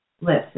list